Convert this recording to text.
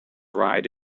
ride